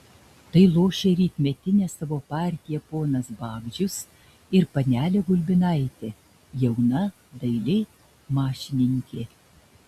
tai lošia rytmetinę savo partiją ponas bagdžius ir panelė gulbinaitė jauna daili mašininkė